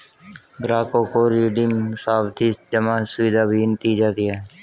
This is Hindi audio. ग्राहकों को रिडीम सावधी जमा सुविधा भी दी जाती है